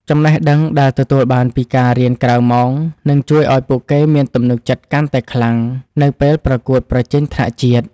ចំណេះដឹងដែលទទួលបានពីការរៀនក្រៅម៉ោងនឹងជួយឱ្យពួកគេមានទំនុកចិត្តកាន់តែខ្លាំងនៅពេលប្រកួតប្រជែងថ្នាក់ជាតិ។